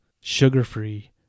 sugar-free